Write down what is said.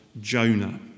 Jonah